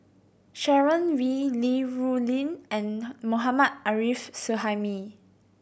Sharon Wee Li Rulin and Mohammad Arif Suhaimi